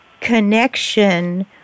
connection